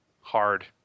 hard